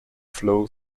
flow